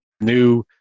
new